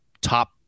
top